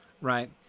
right